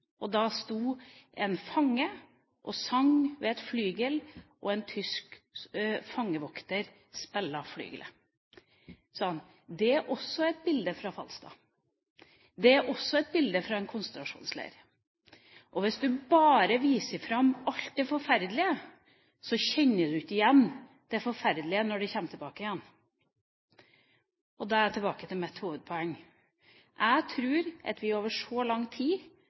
og da sto det en fange og sang ved et flygel og en tysk fangevokter spilte. Det er også et bilde fra Falstad. Det er også et bilde fra en konsentrasjonsleir. Hvis man bare viser fram alt det forferdelige, kjenner man ikke igjen det forferdelige når det kommer tilbake igjen. Da er jeg tilbake til mitt hovedpoeng. Jeg tror at vi over så lang tid